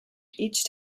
each